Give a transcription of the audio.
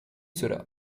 cela